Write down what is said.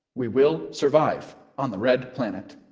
we will survive on the red planet.